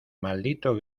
maldito